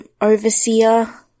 overseer